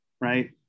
right